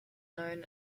known